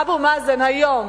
אבו מאזן היום